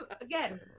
again